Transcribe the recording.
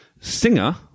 Singer